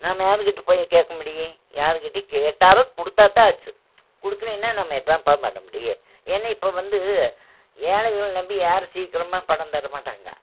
நம்ம யாருக்கிட்ட போய் கேட்க முடியும் யாருக்கிட்ட கேட்டாலும் கொடுத்தா தான் ஆச்சு கொடுக்குலீன்னா நம்ம என்னாப்பா பண்ண முடியும் ஏன்னால் இப்போ வந்து ஏழைகளை நம்பி யாரும் சீக்கிரமாக பணம் தர மாட்டாங்க